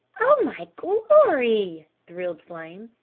oh my glory! thrilled flame.